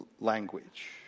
language